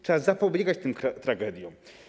Trzeba zapobiegać tym tragediom.